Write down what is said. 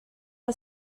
els